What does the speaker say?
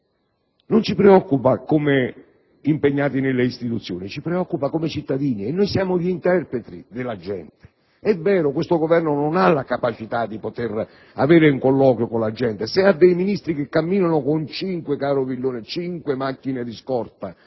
Non ci preoccupa come impegnati nelle istituzioni, ma come cittadini e noi siamo gli interpreti della gente. È vero, questo Governo non ha la capacità di poter avere un colloquio con la gente. Se ha dei Ministri che camminano con cinque - cinque, caro senatore Villone - macchine di scorta,